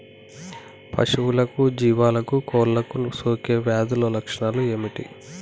పశువులకు జీవాలకు కోళ్ళకు సోకే వ్యాధుల లక్షణాలు ఏమిటి?